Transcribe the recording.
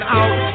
out